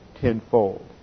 tenfold